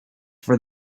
for